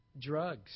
Drugs